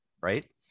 right